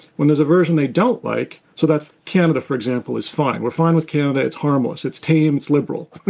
when there's a version they don't like so that's canada, for example, is fine. we're fine with canada. it's harmless. it's tame. it's liberal.